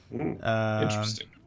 Interesting